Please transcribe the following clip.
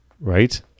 Right